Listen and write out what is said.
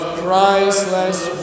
priceless